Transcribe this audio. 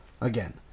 Again